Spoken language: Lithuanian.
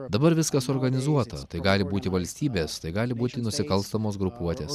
dabar viskas suorganizuota tai gali būti valstybės tai gali būti nusikalstamos grupuotės